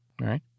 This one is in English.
right